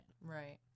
right